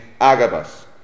Agabus